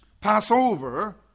Passover